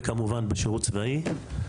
וכמובן בשירות צבאי.